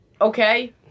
okay